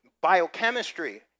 Biochemistry